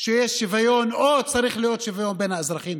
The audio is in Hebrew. שיש שוויון או צריך להיות שוויון גם בין האזרחים.